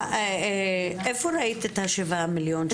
איפה ראית את השבעה מיליון?